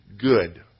good